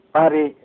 Pari